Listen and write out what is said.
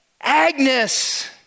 Agnes